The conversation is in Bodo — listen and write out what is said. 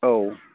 औ